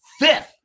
Fifth